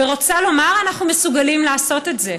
ורוצה לומר: אנחנו מסוגלים לעשות את זה,